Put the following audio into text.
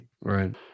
Right